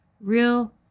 real